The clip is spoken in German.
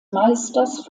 meisters